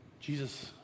Jesus